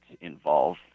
involve